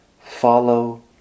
Follow